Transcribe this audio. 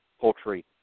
poultry